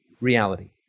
reality